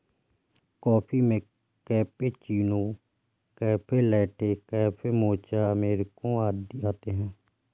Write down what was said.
coffee में cappuccino, cafe latte, cafe mocha, अमेरिकनों आदि आते है